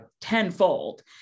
tenfold